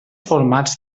formats